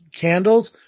Candles